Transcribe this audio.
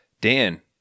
Dan